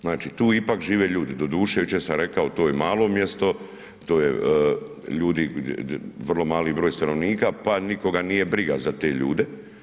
Znači tu ipak žive ljudi, doduše jučer sam rekao to je malo mjesto, to je, ljudi, vrlo mali broj stanovnika pa nikoga nije briga za te ljude.